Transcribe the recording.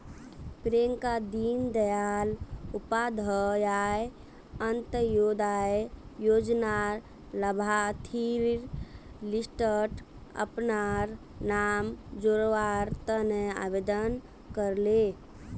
प्रियंका दीन दयाल उपाध्याय अंत्योदय योजनार लाभार्थिर लिस्टट अपनार नाम जोरावर तने आवेदन करले